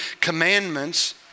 commandments